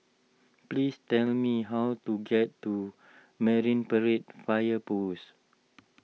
please tell me how to get to Marine Parade Fire Post